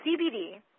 cbd